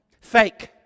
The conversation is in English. Fake